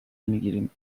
میگیریم